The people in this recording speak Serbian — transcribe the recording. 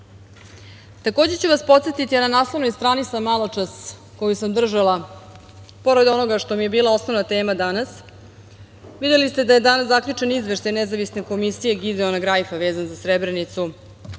oružje. Takođe ću vas podsetiti, na naslovnoj strani sam maločas, koju sam držala, pored onoga što mi je bila osnovna tema danas, videli ste da je danas zaključen Izveštaj Nezavisne komisije Gideona Grajfa vezan za Srebrenicu